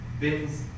bins